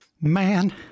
Man